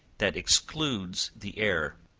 that excludes the air.